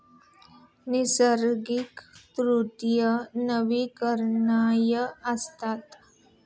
नैसर्गिक तंतू नवीकरणीय असतात